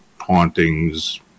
hauntings